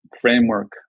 framework